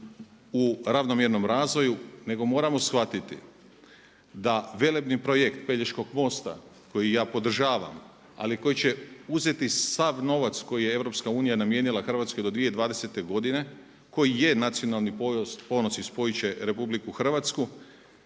u ravnomjernom razvoju nego moramo shvatiti da velebni projekt Pelješkog mosta koji ja podržavam ali koji će uzeti sav novac koji je EU namijenila Hrvatskoj do 2020. godine koji je nacionalni ponos i spojit će RH neće ostaviti